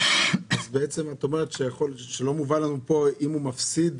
אז בעצם את אומרת שלא מובן אם הוא מפסיד,